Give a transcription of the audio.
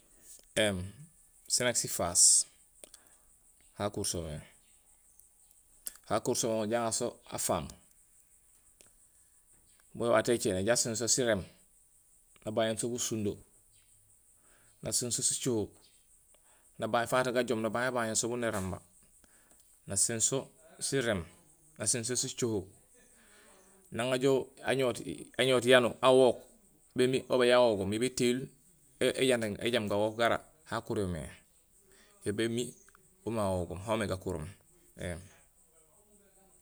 Ēém sén nak sifaas gakursomé. Ha kursomé inja aŋaarso afaang boon éwato écéé najoow aséén so siréém, nabañéén so bu sundo naséén so sicoho. Nabaañ fato gajoom nabaañ abañéén so boon éramba, naséén so siréém, naséén so sicoho. Nang ajoow añohut yanuur awook bémiir babaj hawogoom yo bétéyil béjaam gawook gara hakuryomé. Yo bémiir umé awogoom hamé gakuroom éém